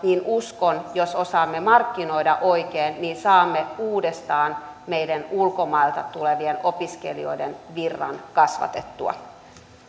uskon että jos osaamme markkinoida oikein niin saamme uudestaan meidän ulkomailta tulevien opiskelijoiden virran kasvatettua